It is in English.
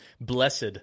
Blessed